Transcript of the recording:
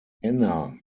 anna